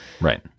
Right